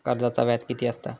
कर्जाचा व्याज कीती असता?